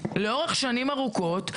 לאורך שנים ארוכות,